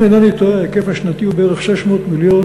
אם אינני טועה, ההיקף השנתי הוא בערך 600 מיליון